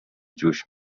جوش